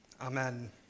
Amen